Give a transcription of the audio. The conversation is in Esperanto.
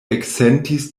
eksentis